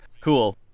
Cool